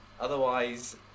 otherwise